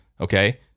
Okay